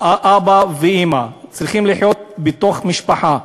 האבא והאימא, צריכים לחיות בתוך משפחה.